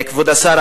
כבוד השר,